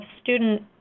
student